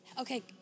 okay